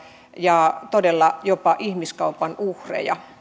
ja todella jopa ihmiskaupan uhreja